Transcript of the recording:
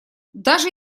даже